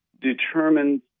determines